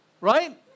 Right